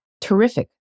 terrific